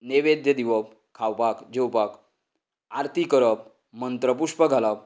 नैवेद्य दिवप खावपाक जेवपाक आरती करप मंत्रपुश्प घालप